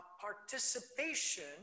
participation